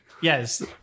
Yes